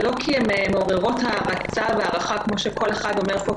ולא כי הן מעוררות הערצה והערכה כפי שכל אחד אומר פה,